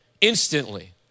instantly